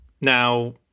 Now